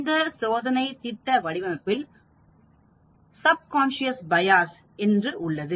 இந்த சோதனை திட்ட வடிவமைப்பில் ஒரு சப்கான்ஸ்கியஸ் பயாஸ் உள்ளது